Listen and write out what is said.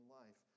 life